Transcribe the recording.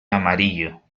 amarillo